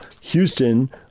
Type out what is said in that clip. Houston